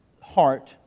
heart